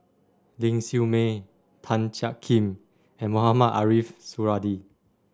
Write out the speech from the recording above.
Ling Siew May Tan Jiak Kim and Mohamed Ariff Suradi